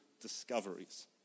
discoveries